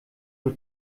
nur